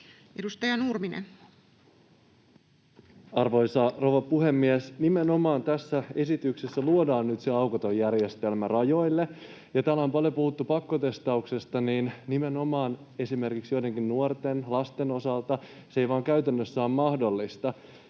16:44 Content: Arvoisa rouva puhemies! Nimenomaan tässä esityksessä luodaan nyt se aukoton järjestelmä rajoille. Kun täällä on paljon puhuttu pakkotestauksesta, niin esimerkiksi joidenkin nuorten, lasten osalta se ei vain käytännössä ole mahdollista.